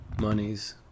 monies